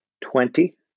twenty